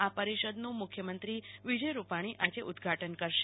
આ પરિષદનું મુખ્યમંત્રી વિજય રૂપાણી ઉદઘાટન કરશે